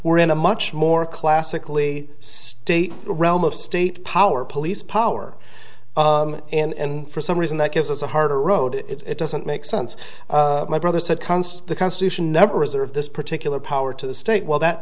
we're in a much more classically state realm of state power police power in for some reason that gives us a harder road it doesn't make sense my brother said const the constitution never reserve this particular power to the state well that